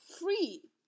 free